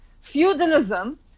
feudalism